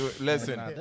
Listen